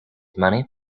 money